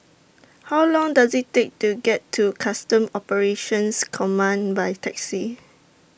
How Long Does IT Take to get to Customs Operations Command By Taxi